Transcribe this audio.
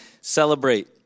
celebrate